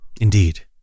Indeed